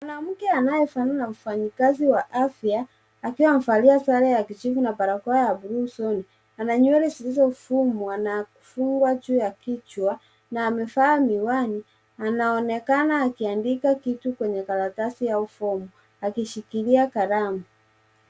Mwanamke anayefanana na mfanyikazi wa afya akiwa amevalia sare ya kijivu na barakoa ya bluu usoni. Ana nywele zilizofumwa na kufungwa juu ya kichwa na amevaa miwani. Anaonekana akiandika kitu kwenye karatasi au form akishikilia kalamu.